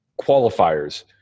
qualifiers